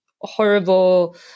horrible